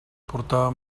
portava